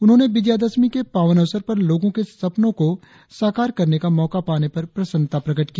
उन्होंने विजयादशमी के पावन अवसर पर लोगो के सपनों को साकार करने का मौका पाने पर प्रसन्नता प्रकट की